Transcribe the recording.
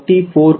ವಿದ್ಯಾರ್ಥಿ 44